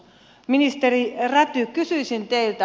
ministeri räty kysyisin teiltä